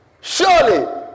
Surely